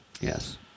yes